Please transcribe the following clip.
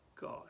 God